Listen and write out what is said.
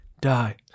die